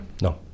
No